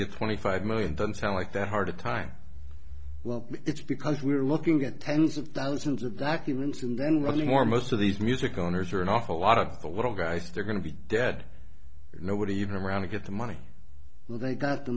get twenty five million them sound like that hard time well it's because we're looking at tens of thousands of documents and then really more most of these music owners are an awful lot of the little guys they're going to be dead nobody even around to get the money they've got the